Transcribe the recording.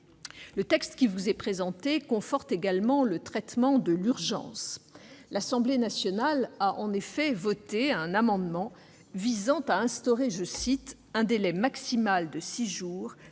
Le texte qui vous est présenté conforte aussi le traitement de l'urgence. L'Assemblée nationale a en effet adopté un amendement visant à instaurer « un délai maximal de six jours à